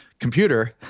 computer